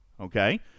Okay